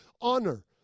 honor